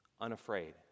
unafraid